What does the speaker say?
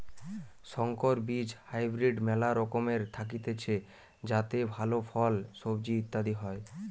সংকর বীজ হাইব্রিড মেলা রকমের থাকতিছে যাতে ভালো ফল, সবজি ইত্যাদি হয়